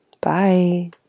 Bye